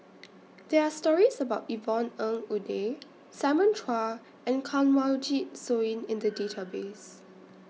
There Are stories about Yvonne Ng Uhde Simon Chua and Kanwaljit Soin in The Database